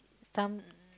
some